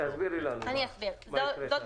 תסבירי לנו מה הקראת כאן.